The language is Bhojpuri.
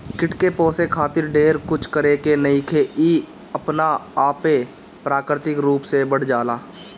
कीट के पोसे खातिर ढेर कुछ करे के नईखे इ अपना आपे प्राकृतिक रूप से बढ़ जाला